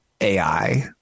AI